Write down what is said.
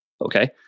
Okay